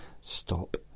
Stop